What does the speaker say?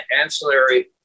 ancillary